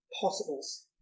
possibles